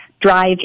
drive